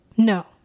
no